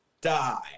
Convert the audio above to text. die